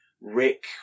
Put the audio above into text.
Rick